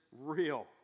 real